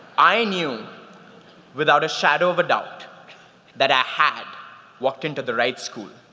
i knew without a shadow of a doubt that i had walked into the right school.